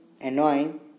annoying